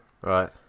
Right